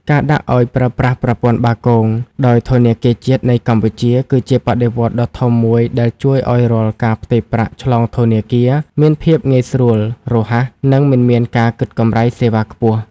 ការដាក់ឱ្យប្រើប្រាស់ប្រព័ន្ធបាគង ដោយធនាគារជាតិនៃកម្ពុជា គឺជាបដិវត្តន៍ដ៏ធំមួយដែលជួយឱ្យរាល់ការផ្ទេរប្រាក់ឆ្លងធនាគារមានភាពងាយស្រួល រហ័ស និងមិនមានការគិតកម្រៃសេវាខ្ពស់។